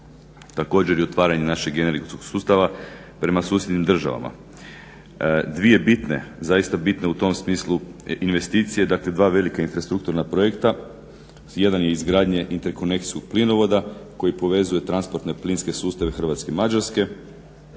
također i otvaranje našeg energetskog sustava prema susjednim državama. Dvije bitne, zaista bitne u tom smislu investicije, dakle dva velika infrastrukturna projekta, jedan je izgradnja interkonekcijskog plinovoda koji povezuje transportne plinske sustave Hrvatske i Mađarske,